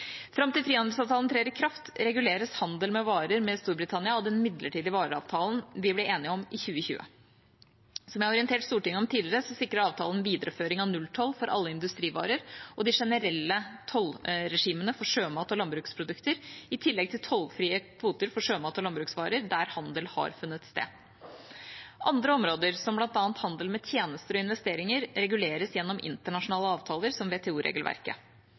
kraft reguleres handel med varer med Storbritannia av den midlertidige vareavtalen vi ble enige om i 2020. Som jeg har orientert Stortinget om tidligere, sikrer avtalen videreføring av nulltoll for alle industrivarer og de generelle tollregimene for sjømat og landbruksprodukter i tillegg til tollfrie kvoter for sjømat og landbruksvarer der handel har funnet sted. Andre områder, som bl.a. handel med tjenester og investeringer, reguleres gjennom internasjonale avtaler, som